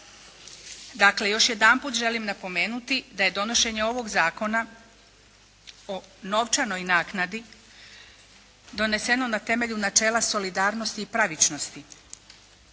Dakle, još jedanput želim napomenuti da je donošenje ovog Zakona o novčanoj naknadi doneseno na temelju načela solidarnosti i pravičnosti